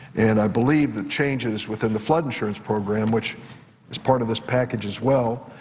and i believe the changes within the flood insurance program which is part of this package as well,